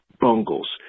bungles